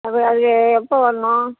அது அது எப்போ வரணும்